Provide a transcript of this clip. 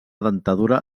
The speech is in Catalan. dentadura